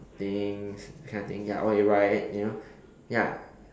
things that kind of thing ya or they ride you know ya